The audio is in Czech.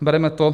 Bereme to.